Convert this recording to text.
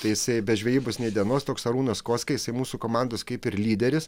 tai jisai be žvejybos nė dienos toks arūnas koska jis mūsų komandos kaip ir lyderis